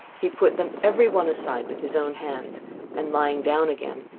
he put them every one aside with his own hands and lying down again,